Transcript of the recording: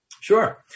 Sure